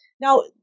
Now